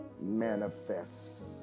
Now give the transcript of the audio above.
manifest